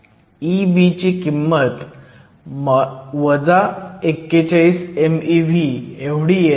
Eb ची किंमत 41 meV येत आहे